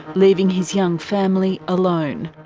leaving his young family alone.